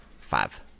Five